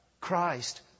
Christ